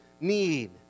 need